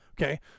Okay